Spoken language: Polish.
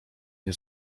nie